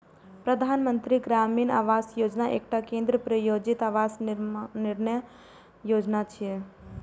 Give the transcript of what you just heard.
प्रधानमंत्री ग्रामीण आवास योजना एकटा केंद्र प्रायोजित आवास निर्माण योजना छियै